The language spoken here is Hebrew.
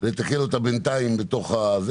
לתקן אותה בינתיים בתוך זה,